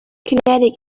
kinetic